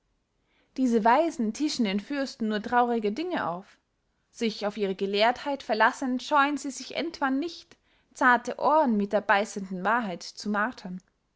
diese weisen tischen den fürsten nur traurige dinge auf sich auf ihre gelehrtheit verlassend scheuen sie sich etwann nicht zarte ohren mit der beissenden wahrheit zu martern